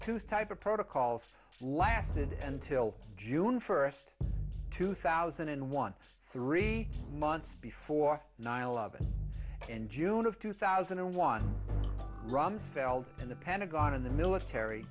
truths type of protocols lasted until june first two thousand and one three months before nine eleven in june of two thousand and one rumsfeld and the pentagon and the military